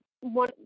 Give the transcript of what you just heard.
one